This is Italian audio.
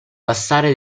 passare